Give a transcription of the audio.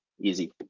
Easy